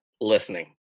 listening